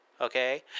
Okay